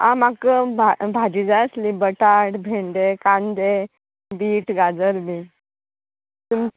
आं म्हाका भा भाजी जाय आसली बटाट भेंडे कांदे बीट गाजर बीन तुम